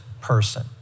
person